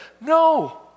no